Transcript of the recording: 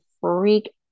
freak